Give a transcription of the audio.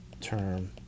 term